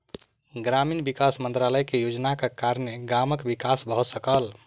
ग्रामीण विकास मंत्रालय के योजनाक कारणेँ गामक विकास भ सकल